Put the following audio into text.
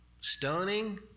stoning